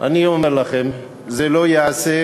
אני אומר לכם, זה לא ייעשה,